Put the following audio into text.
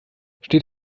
steht